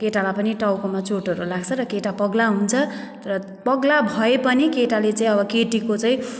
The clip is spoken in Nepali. केटालाई पनि टाउकोमा चोटहरू लाग्छ र केटा पगला हुन्छ तर पगला भए पनि केटाले चाहिँ अब केटीको चाहिँ